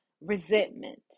Resentment